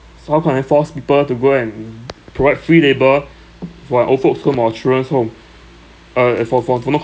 sort of like force people to go and provide free labour for uh old folks' home or children's home uh for for for no